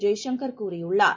ஜெய்சங்கர் கூறியுள்ளார்